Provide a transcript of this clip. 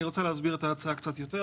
אני רוצה להסביר את ההצעה קצת יותר,